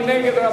מי נגד?